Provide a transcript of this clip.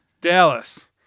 Dallas